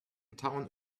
town